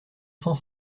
cent